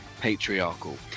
patriarchal